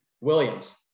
Williams